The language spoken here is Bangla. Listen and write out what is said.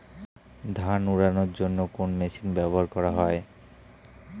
ধান উড়ানোর জন্য কোন মেশিন ব্যবহার করা হয়?